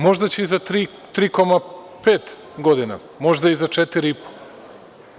Možda će i za 3,5 godina, možda i za četiri i po.